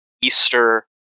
Easter